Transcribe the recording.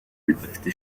bidafite